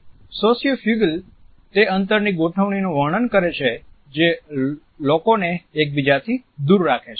sociofugal તે અંતરની ગોઠવણીનું વર્ણન કરે છે જે લોકોને એકબીજાથી દૂર રાખે છે